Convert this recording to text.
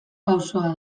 pausoa